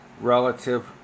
relative